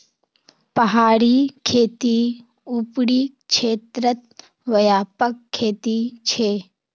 पहाड़ी खेती ऊपरी क्षेत्रत व्यापक खेती छे